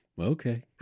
okay